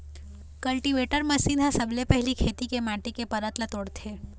cultivator machine ह सबले पहिली खेत के माटी के परत ल तोड़थे